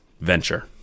venture